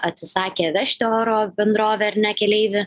atsisakė vežti oro bendrovė ar ne keleivį